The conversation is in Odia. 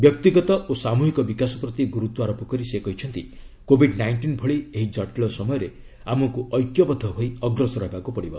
ବ୍ୟକ୍ତିଗତ ଓ ସାମୃହିକ ବିକାଶ ପ୍ରତି ଗୁରୁତ୍ୱାରୋପ କରି ସେ କହିଛନ୍ତି କୋବିଡ୍ ନାଇଷ୍ଟିନ୍ ଭଳି ଏହି ଜଟିଳ ସମୟରେ ଆମକୁ ଐକ୍ୟବଦ୍ଧ ହୋଇ ଅଗ୍ରସର ହେବାକୁ ପଡ଼ିବ